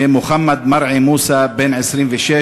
ומוחמד מרעי מוסא בן 26,